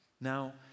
Now